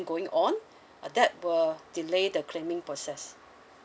going on uh that will delay the claiming process